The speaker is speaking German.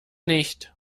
nicht